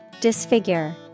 Disfigure